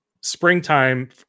springtime